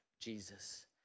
Jesus